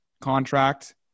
contract